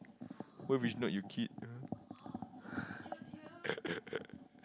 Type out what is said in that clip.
what if it's not your kid ah